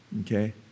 Okay